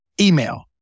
email